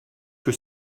que